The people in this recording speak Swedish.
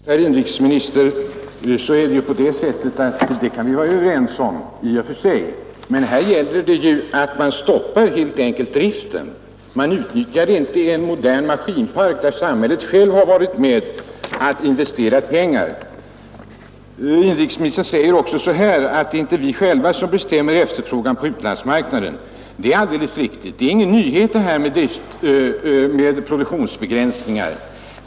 Herr talman! Ja, herr inrikesminister, det kan vi ju i och för sig vara överens om, men här är det fråga om att företagen helt enkelt stoppar driften och inte utnyttjar en modern maskinpark, som samhället självt har varit med om att investera pengar i. Inrikesministern sade att det inte är vi själva som bestämmer efterfrågan på utlandsmarknaden, och det är givetvis alldeles riktigt. Det är heller ingen nyhet med produktionsbegränsningar.